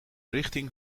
richting